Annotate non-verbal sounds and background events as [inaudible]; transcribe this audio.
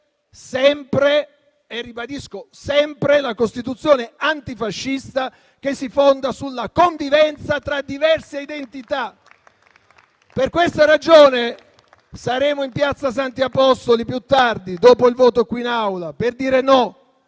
sempre - e ribadisco sempre - la Costituzione antifascista che si fonda sulla convivenza tra diverse identità. [applause] Per questa ragione saremo in piazza Santi Apostoli più tardi, dopo il voto qui in Aula, per dire no,